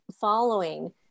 following